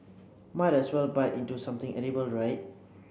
might as well bite into something edible right